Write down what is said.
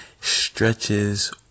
stretches